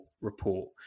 report